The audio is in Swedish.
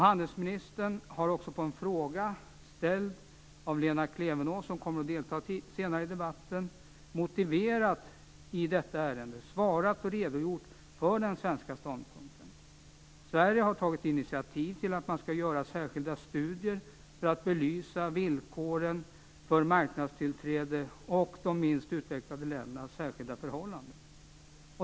Handelsministern har på en fråga ställd av Lena Klevenås, som kommer att delta senare i debatten, gett en motivering i detta ärende - svarat och redogjort för den svenska ståndpunkten. Sverige har tagit initiativ till att man skall göra särskilda studier för att belysa villkoren för marknadstillträde och de minst utvecklade ländernas särskilda förhållanden.